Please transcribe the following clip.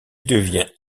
devient